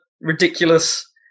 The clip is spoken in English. ridiculous